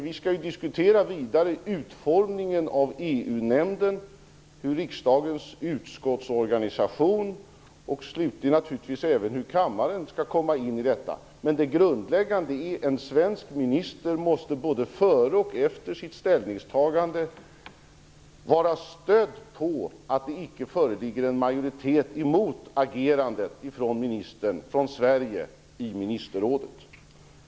Vi skall ju vidare diskutera utformningen av EU-nämnden, hur riksdagens utskottsorganisation och slutligen naturligtvis även hur kammaren skall komma in i detta. Men det grundläggande är att en svensk minister både före och efter sitt ställningstagande i ministerrådet måste vara stödd på att det icke från Sverige föreligger majoritet mot ministerrådets agerande.